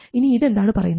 ഇനി ഇത് എന്താണ് പറയുന്നത്